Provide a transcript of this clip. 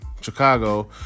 Chicago